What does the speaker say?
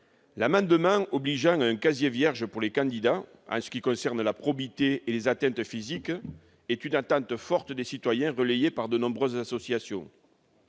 candidats d'avoir un casier vierge pour ce qui concerne la probité et les atteintes physiques est une attente forte des citoyens, relayée par de nombreuses associations.